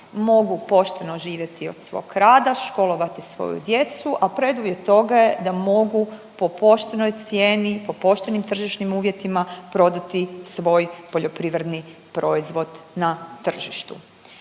mogu pošteno živjeti od svog rada, školovati svoju djecu, a preduvjet toga je da mogu po poštenoj cijeni, po poštenim tržišnim uvjetima prodati svoj poljoprivredni proizvod na tržištu.